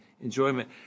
enjoyment